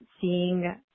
seeing